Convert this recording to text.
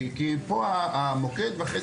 בקשר לעניין המקצועי כי פה המוקד ואחרי